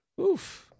oof